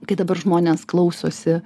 kai dabar žmonės klausosi